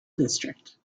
district